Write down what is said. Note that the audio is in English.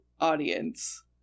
audience